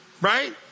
Right